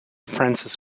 francis